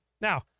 Now